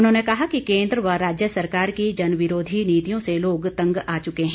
उन्होंने कहा कि केंद्र व राज्य सरकार की जनविरोधी नीतियों से लोग तंग आ चुके हैं